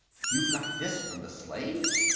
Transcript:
you got this from the slaves?